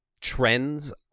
trends